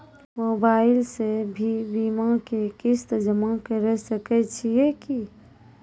Mobile से भी बीमा के किस्त जमा करै सकैय छियै कि?